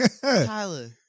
Tyler